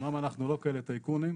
אמנם אנחנו לא כאלה טייקונים,